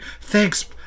thanks